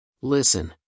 Listen